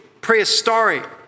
prehistoric